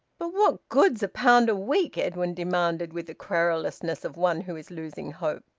but what good's a pound a week? edwin demanded, with the querulousness of one who is losing hope.